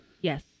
Yes